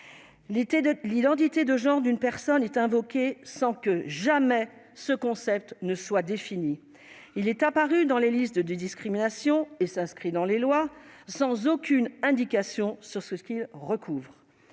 L'identité de genre d'une personne » est invoquée sans que jamais ce concept ne soit défini. Il est apparu dans des listes de discriminations et s'inscrit dans des lois sans aucune indication sur ce qu'il recouvre.